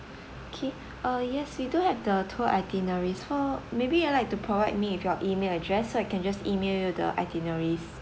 okay uh yes we do have the tour itineraries for maybe you'd like to provide me with your email address so I can just email you the itineraries